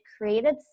created